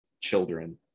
children